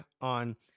on